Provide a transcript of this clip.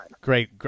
Great